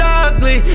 ugly